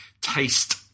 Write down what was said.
taste